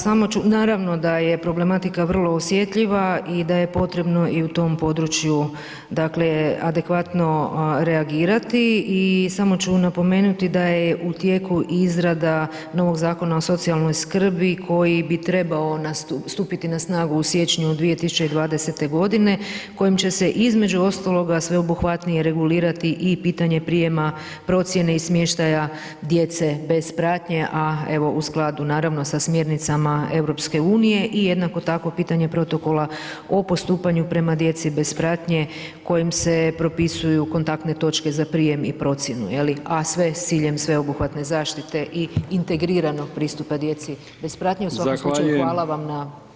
Samo ću, naravno da je problematika vrlo osjetljiva i da je potrebno i u tom području, dakle, adekvatno reagirati i samo ću napomenuti da je u tijeku izrada novog Zakona o socijalnoj skrbi koji bi trebao stupiti na snagu u siječnju 2020.g. kojim će se između ostaloga sveobuhvatnije regulirati i pitanje prijema procijene i smještaja djece bez pratnje, a evo u skladu naravno sa smjernicama EU i jednako tako pitanje protokola o postupanju prema djeci bez pratnje kojim se propisuju kontaktne točke za prijem i procjenu, je li, a sve s ciljem sveobuhvatne zaštite i integriranog pristupa djeci bez pratnje [[Upadica: Zahvaljujem]] U svakom slučaju, hvala vam na